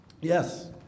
Yes